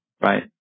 right